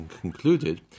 concluded